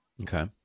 Okay